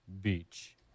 Beach